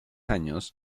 años